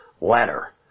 letter